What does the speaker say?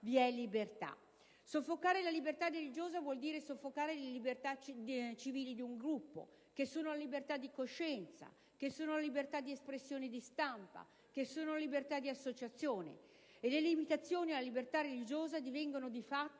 vi è libertà. Soffocare la libertà religiosa vuol dire soffocare le libertà civili di un gruppo, che sono la libertà di coscienza, di espressione e di stampa, di associazione. Le limitazioni alla libertà religiosa divengono di fatto